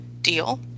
deal